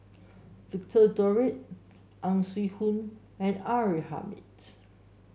Victor Doggett Ang Swee Aun and R A Hamid